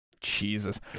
Jesus